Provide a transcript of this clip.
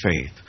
faith